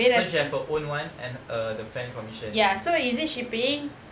so she have her own [one] and uh the friend commission